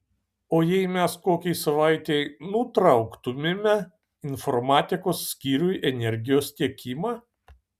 o jei mes kokiai savaitei nutrauktumėme informatikos skyriui energijos tiekimą